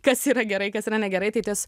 kas yra gerai kas yra negerai tai tas